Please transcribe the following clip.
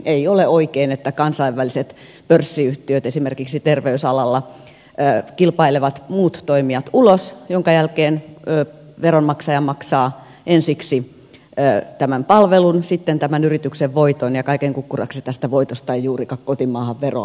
ei ole oikein että kansainväliset pörssiyhtiöt esimerkiksi terveysalalla kilpailevat muut toimijat ulos minkä jälkeen veronmaksaja maksaa ensiksi tämän palvelun sitten tämän yrityksen voiton ja kaiken kukkuraksi tästä voitosta ei juurikaan kotimaahan veroa makseta